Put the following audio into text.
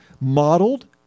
modeled